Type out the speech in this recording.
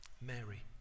Mary